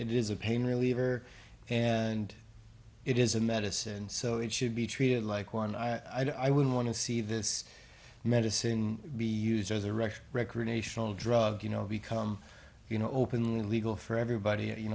it is a pain reliever and it is a medicine so it should be treated like one i would want to see this medicine be used as a record recreational drug you know become you know open legal for everybody you